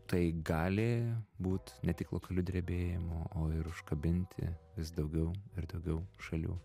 tai gali būt ne tik lokaliu drebėjimu o ir užkabinti vis daugiau ir daugiau šalių